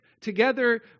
together